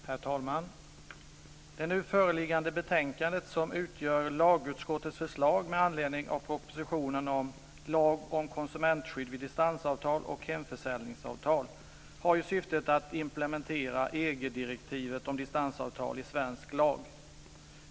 Herr talman! Det nu föreliggande betänkandet, som utgör lagutskottets förslag med anledning av propositionen om lag om konsumentskydd vid distansavtal och hemförsäljningsavtal, har syftet att implementera EG-direktivet om distansavtal i svensk lag.